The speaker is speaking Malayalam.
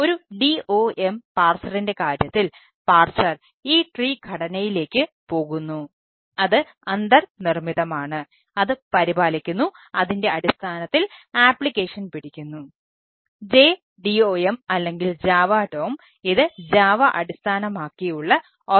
ഒരു DOM പാഴ്സറിന്റെ ആണ്